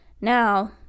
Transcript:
now